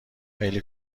خیلی